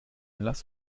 lass